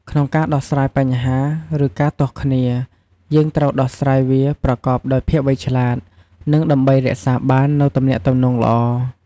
ក្នុងការដោះស្រាយបញ្ហា ឬ ការទាស់គ្នា យើងត្រូវដោះស្រាយវាប្រកបដោយភាពវៃឆ្លាត និង ដើម្បីរក្សាបាននូវទំនាក់ទំនងល្អ។